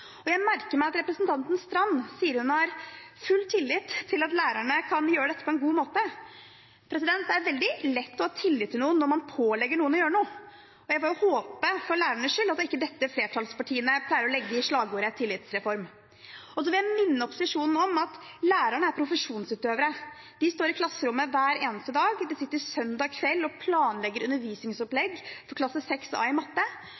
integritet. Jeg merker meg at representanten Knutsdatter Strand sier at hun har full tillit til at lærerne kan gjøre dette på en god måte. Det er veldig lett å ha tillit til noen når man pålegger noen å gjøre noe. Jeg håper, for lærernes skyld, at det ikke er dette flertallspartiene pleier å legge i slagordet «tillitsreform». Jeg vil minne opposisjonen om at lærerne er profesjonsutøvere. De står i klasserommet hver eneste dag, de sitter søndag kveld og planlegger undervisningsopplegg for klasse 6A i matte,